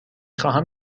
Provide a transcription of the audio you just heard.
خواهم